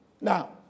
Now